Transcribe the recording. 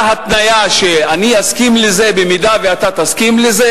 התניה שאני אסכים לזה במידה שאתה תסכים לזה?